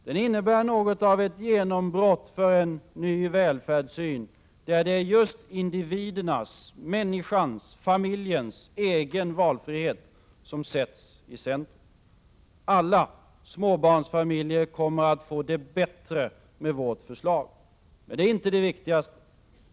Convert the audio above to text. Den innebär något av ett genombrott för en ny välfärdssyn, där det är just individernas, människans, familjens egen valfrihet som sätts i centrum. Alla småbarnsfamiljer kommer att få det bättre med vårt förslag. Men det är inte det viktigaste.